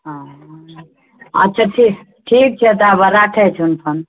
हँ अच्छा ठीक ठीक छै तऽ आब राखए छौन फोन